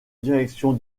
direction